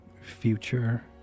future